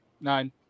nine